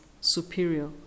superior